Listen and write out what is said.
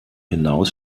hinaus